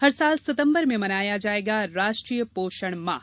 हरसाल सितंबर में मनाया जायेगा राष्ट्रीय पोषण माह